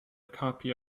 copy